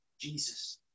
Jesus